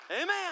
Amen